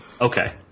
Okay